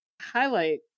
highlight